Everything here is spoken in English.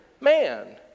man